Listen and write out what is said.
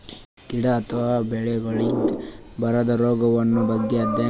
ಗಿಡ ಅಥವಾ ಬೆಳಿಗೊಳಿಗ್ ಬರದ್ ರೊಗಗಳ್ ಬಗ್ಗೆ ಅಧ್ಯಯನ್ ಮಾಡದಕ್ಕ್ ಪ್ಲಾಂಟ್ ಪ್ಯಾಥೊಲಜಿ ಅಂತರ್